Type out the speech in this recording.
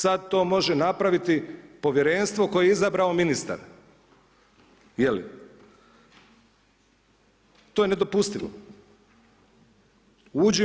Sad to može napraviti povjerenstvo koje je izabrao ministar, je li?